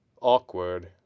awkward